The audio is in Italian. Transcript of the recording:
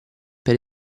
per